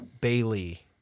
Bailey